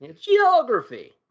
geography